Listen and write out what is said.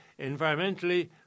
environmentally